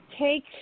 Take